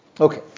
Okay